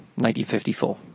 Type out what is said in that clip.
1954